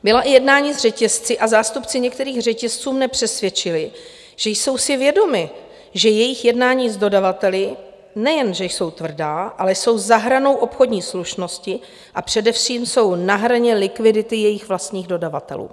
Byla i jednání s řetězci a zástupci některých řetězců mě přesvědčili, že jsou si vědomi, že jejich jednání s dodavateli nejen že jsou tvrdá, ale jsou za hranou obchodní slušnosti, a především jsou na hraně likvidity jejich vlastních dodavatelů.